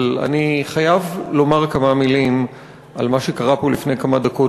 אבל אני חייב לומר כמה מילים על מה שקרה פה לפני כמה דקות,